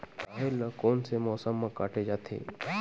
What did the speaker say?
राहेर ल कोन से मौसम म काटे जाथे?